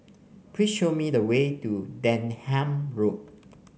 please show me the way to Denham Road